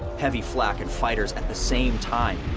heavy flak and fighters at the same time.